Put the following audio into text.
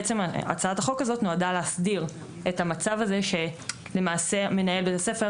הצעת החוק הזאת נועדה להסדיר את המצב בו למעשה מנהל בית הספר,